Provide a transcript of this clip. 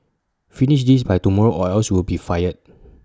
finish this by tomorrow or else you'll be fired